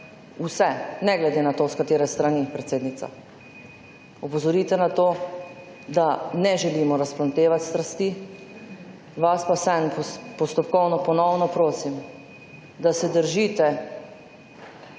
vse - ne glede na to, s katere strani je -, predsednica, opozorite na to, da ne želimo razplamtevati strasti. Vas pa postopkovno ponovno prosim, da se držite